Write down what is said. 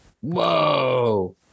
Whoa